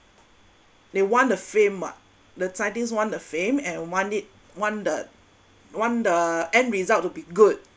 they want the fame [what] the scientists want the fame and want it want the want the end result to be good